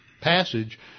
passage